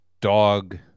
dog